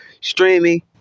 streaming